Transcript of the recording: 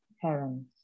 parents